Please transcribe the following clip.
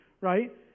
right